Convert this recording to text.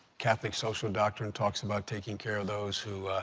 catholic social doctrine talks about taking care of those who